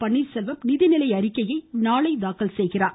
பன்னீர் செல்வம் நிதிநிலை அறிக்கையை நாளை தாக்கல் செய்கிறார்